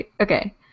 okay